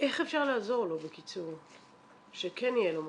איך אפשר לעזור לו שכן יהיה לו מקום.